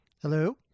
Hello